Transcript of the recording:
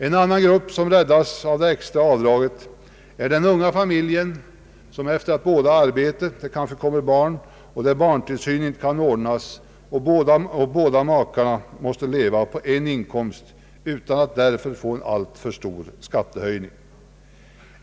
En annan grupp som räddas från en alltför stor skattehöjning av det extra avdraget är den unga familjen, där båda makarna från början arbetat men där man sedan man fått barn måste leva på en inkomst, därför att barntillsynen inte kunnat ordnas.